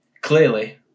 Clearly